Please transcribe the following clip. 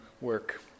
work